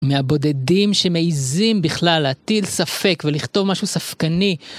מהבודדים שמעיזים בכלל להטיל ספק ולכתוב משהו ספקני.